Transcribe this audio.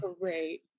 great